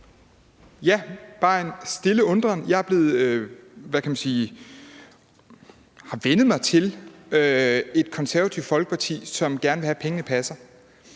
er bare en stille undren. Jeg har – hvad kan man sige – vænnet mig til et Konservative Folkeparti, som gerne vil have, at pengene passer.